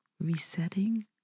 resetting